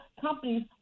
companies